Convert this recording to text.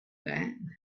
ben